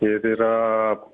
ir yra